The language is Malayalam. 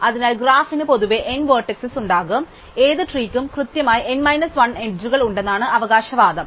അതിനാൽ ഗ്രാഫിന് പൊതുവേ n വെർട്ടിസെസ് ഉണ്ടാകും അതിനാൽ ഏത് ട്രീ ക്കും കൃത്യമായി n 1 എഡ്ജുകളുണ്ടെന്നാണ് അവകാശവാദം